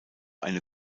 eine